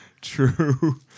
True